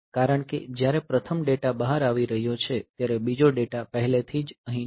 કારણ કે જ્યારે પ્રથમ ડેટા બહાર આવી રહ્યો છે ત્યારે બીજો ડેટા પહેલેથી જ અહીં છે